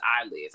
eyelids